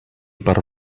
per